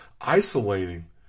isolating